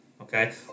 okay